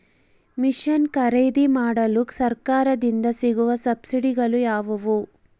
Mission ಖರೇದಿಮಾಡಲು ಸರಕಾರದಿಂದ ಸಿಗುವ ಸಬ್ಸಿಡಿಗಳು ಯಾವುವು?